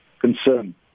concern